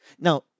Now